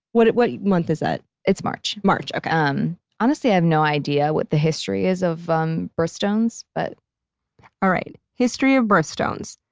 what what month is that? it's march. um honestly, i have no idea what the history is of um birthstones. but all right history of birthstones.